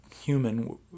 human